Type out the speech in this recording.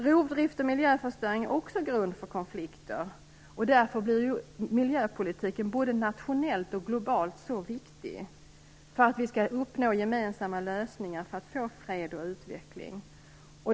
Rovdrift och miljöförstöring är också en grund till konflikter. Därför blir miljöpolitiken både nationellt och globalt så viktig för att vi skall kunna uppnå gemensamma lösningar för fred och utveckling.